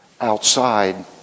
outside